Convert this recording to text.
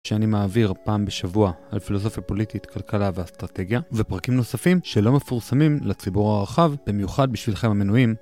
שאני מעביר פעם בשבוע על פילוסופיה פוליטית, כלכלה ואסטרטגיה ופרקים נוספים שלא מפורסמים לציבור הרחב, במיוחד בשבילכם המנויים.